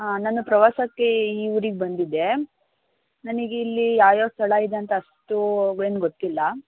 ಹಾಂ ನಾನು ಪ್ರವಾಸಕ್ಕೆ ಈ ಊರಿಗೆ ಬಂದಿದ್ದೆ ನನಗಿಲ್ಲಿ ಯಾವ್ಯಾವ ಸ್ಥಳ ಇದೆ ಅಂತ ಅಷ್ಟು ಏನು ಗೊತ್ತಿಲ್ಲ